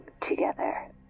Together